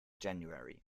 january